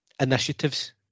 initiatives